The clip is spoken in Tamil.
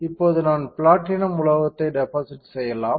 இப்போது நான் பிளாட்டினம் உலோகத்தை டெபாசிட் செய்யலாம்